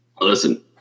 Listen